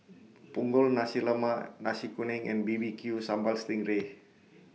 Punggol Nasi Lemak Nasi Kuning and B B Q Sambal Sting Ray